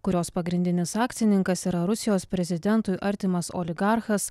kurios pagrindinis akcininkas yra rusijos prezidentui artimas oligarchas